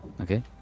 Okay